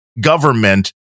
government